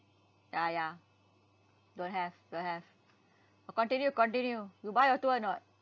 ya ya don't have don't have uh continue continue you buy your tour or not